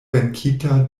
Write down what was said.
venkita